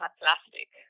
plastic